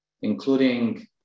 including